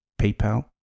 PayPal